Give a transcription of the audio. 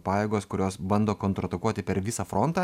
pajėgos kurios bando kontratakuoti per visą frontą